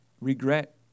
Regret